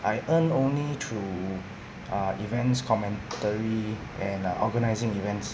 I earn only through uh events commentary and uh organising events